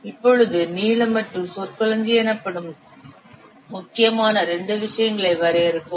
இப்பொழுது நீளம் மற்றும் சொற்களஞ்சியம் எனப்படும் முக்கியமான இரண்டு விஷயங்களை வரையறுப்போம்